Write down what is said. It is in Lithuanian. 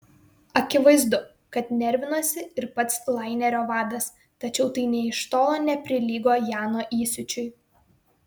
akivaizdu kad nervinosi ir pats lainerio vadas tačiau tai nė iš tolo neprilygo jano įsiūčiui